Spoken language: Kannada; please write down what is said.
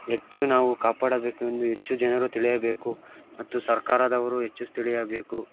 ಹೆಚ್ಚು ನಾವು ಕಾಪಾಡಬೇಕು ಎಂದು ಹೆಚ್ಚು ಜನರು ತಿಳಿಯಬೇಕು ಮತ್ತು ಸರ್ಕಾರದವರು ಹೆಚ್ಚು ತಿಳಿಯಬೇಕು